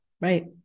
Right